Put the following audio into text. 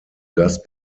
gast